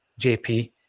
JP